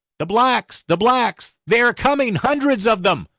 the blacks, the blacks, they are coming, hundreds of them,